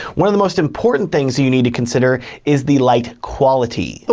one of the most important things you need to consider is the light quality. ah